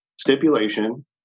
stipulation